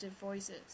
voices